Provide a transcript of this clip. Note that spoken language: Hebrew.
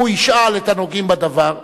הוא ישאל את הנוגעים בדבר,